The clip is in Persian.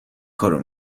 کارو